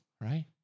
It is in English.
right